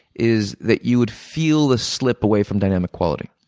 is that you would feel the slip away from dynamic quality.